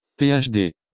PhD